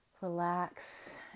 relax